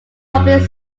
public